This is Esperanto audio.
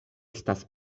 estas